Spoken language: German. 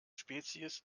spezies